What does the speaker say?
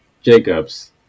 Jacobs